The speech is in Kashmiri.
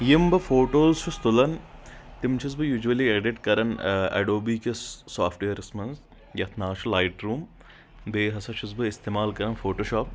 یِم بہٕ فوٹوز چھُس تُلان تِم چھُس بہٕ یوٗجولی اٮ۪ڈٹ کران اٮ۪ڈوبی کِس سافٹویرس منٛز یتھ ناو چھُ لایٹ روٗم بیٚیہِ ہسا چھُس بہٕ استعمال کران فوٹو شاپ